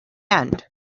end